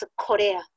Korea